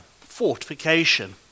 fortification